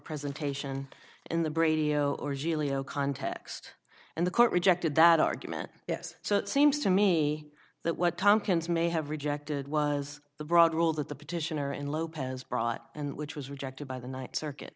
presentation in the brady oh or julio context and the court rejected that argument yes so it seems to me that what tomkins may have rejected was the broad rule that the petitioner in lopez brought and which was rejected by the night circuit